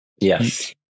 Yes